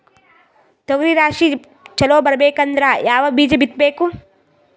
ತೊಗರಿ ರಾಶಿ ಚಲೋ ಬರಬೇಕಂದ್ರ ಯಾವ ಬೀಜ ಬಿತ್ತಬೇಕು?